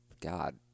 god